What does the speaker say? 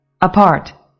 apart